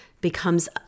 becomes